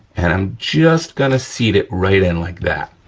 and i'm just gonna seat it right in, like that,